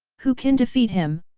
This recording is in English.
who can defeat him,